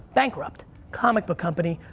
bankrupt comic book company.